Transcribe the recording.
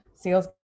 sales